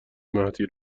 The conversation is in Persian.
مهدی